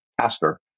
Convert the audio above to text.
pastor